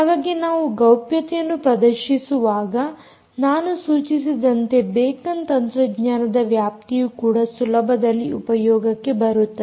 ಹಾಗಾಗಿ ನಾವು ಗೌಪ್ಯತೆಯನ್ನು ಪ್ರದರ್ಶಿಸುವಾಗ ನಾನು ಸೂಚಿಸಿದಂತೆ ಬೇಕನ್ ತಂತ್ರಜ್ಞಾನದ ವ್ಯಾಪ್ತಿಯು ಕೂಡ ಸುಲಭದಲ್ಲಿ ಉಪಯೋಗಕ್ಕೆ ಬರುತ್ತದೆ